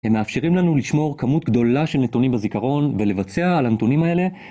הם מאפשרים לנו לשמור כמות גדולה של נתונים בזיכרון ולבצע על הנתונים האלה.